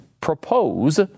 propose